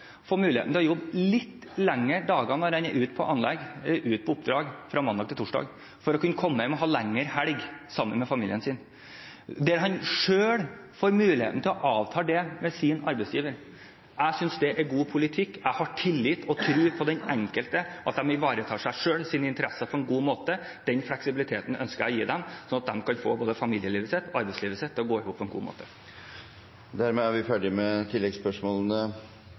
for maksimal arbeidstid – når han er ute på anlegg og på oppdrag fra mandag til torsdag, for å kunne komme hjem og ha en lengre helg sammen med familien sin. At han selv får muligheten til å avtale det med sin arbeidsgiver, synes jeg er god politikk. Jeg har tillit til og tro på at den enkelte ivaretar seg selv og sine interesser på en god måte. Den fleksibiliteten ønsker jeg å gi dem, slik at de kan få familielivet og arbeidslivet til å gå i hop på en god måte. Stortinget går til neste hovedspørsmål. Mitt spørsmål går til utanriksministeren. Det er